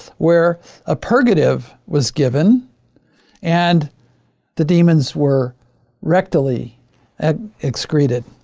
where a purgative was given and the demons were rectally excreted.